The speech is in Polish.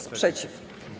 Sprzeciw.